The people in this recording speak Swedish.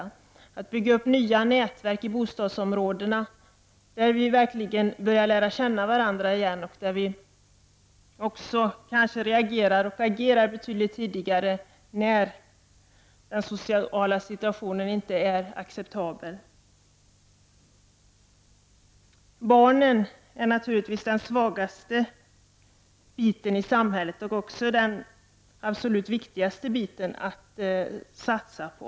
Vi måste bygga upp nya nätverk i bostadsområdena där människorna verkligen lär känna varandra. Då kanske också människor reagerar betydligt tidigare när den sociala situationen inte är acceptabel. Barnen är naturligtvis de svagaste i samhället, men också de som är viktigast att satsa på.